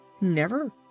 Never